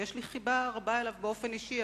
שיש לי חיבה רבה אליו באופן אישי,